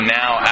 now